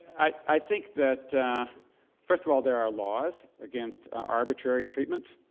i i think that first of all there are laws against arbitrary treatment,